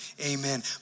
Amen